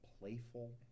playful